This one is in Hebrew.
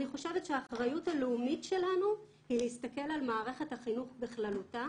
אני חושבת שהאחריות הלאומית שלנו היא להסתכל על מערכת החינוך בכללותה,